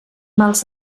mals